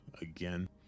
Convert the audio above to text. again